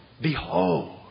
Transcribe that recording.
Behold